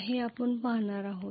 हे आपण पाहणार आहोत